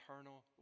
eternal